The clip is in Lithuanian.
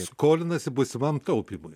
skolinasi būsimam taupymui